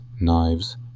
knives